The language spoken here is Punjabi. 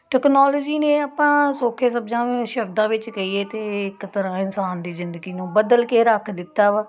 ਟੈਕਨੋਲੋਜੀ ਨੇ ਆਪਾਂ ਸੌਖੇ ਸਬਜਾਂ ਸ਼ਬਦਾਂ ਵਿੱਚ ਕਹੀਏ ਅਤੇ ਇੱਕ ਤਰ੍ਹਾਂ ਇਨਸਾਨ ਦੀ ਜ਼ਿੰਦਗੀ ਨੂੰ ਬਦਲ ਕੇ ਰੱਖ ਦਿੱਤਾ ਵਾ